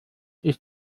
ist